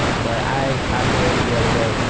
but but i calculated the other day,